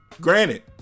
Granted